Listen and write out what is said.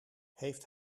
heeft